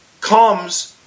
comes